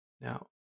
Now